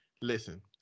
Listen